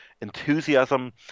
enthusiasm